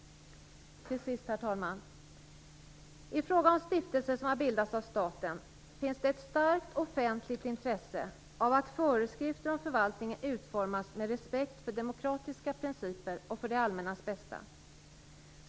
Till sist, herr talman! I fråga om stiftelser som har bildats av staten finns det ett starkt offentligt intresse av att föreskrifter om förvaltningen utformas med respekt för demokratiska principer och för det allmännas bästa.